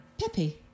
Peppy